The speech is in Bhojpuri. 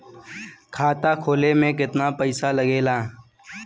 खाता खोले में कितना पैसा लगेला?